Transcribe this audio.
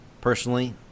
personally